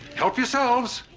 help yourselves.